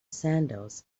sandals